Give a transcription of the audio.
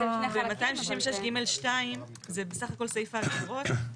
ב-266 (ג') 2 זה בסך הכל סעיף ההגדרות.